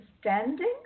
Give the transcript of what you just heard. standing